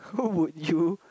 who would you